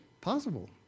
possible